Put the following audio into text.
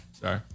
Sorry